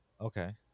okay